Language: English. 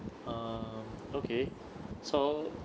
um okay so